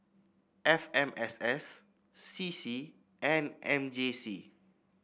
F M S S C C and M J C